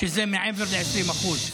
מעבר ל-20%.